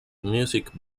music